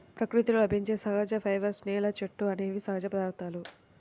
ప్రకృతిలో లభించే సహజ ఫైబర్స్, నేల, చెట్లు అనేవి సహజ పదార్థాలు